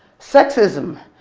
sexism.